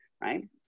right